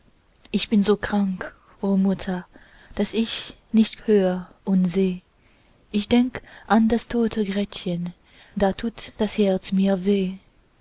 ich bin so krank o mutter daß ich nicht hör und seh ich denk an das tote gretchen da tut das herz mir weh